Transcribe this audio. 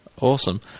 Awesome